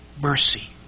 mercy